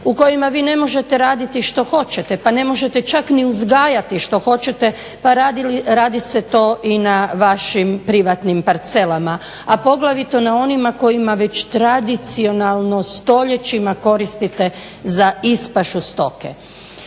u kojima vi ne možete raditi što hoćete, pa ne možete čak ni uzgajati što hoćete pa radi se to i na vašim privatnim parcelama, a poglavito na onima kojima već tradicionalno stoljećima koristite za ispašu stoke.